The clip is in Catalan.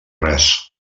res